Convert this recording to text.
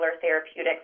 therapeutics